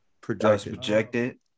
Projected